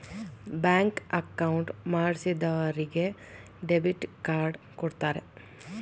bank account ಮಾಡಿಸಿದರಿಗೆ debit card ಕೊಡ್ತಾರೆ